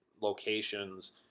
locations